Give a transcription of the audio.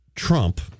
Trump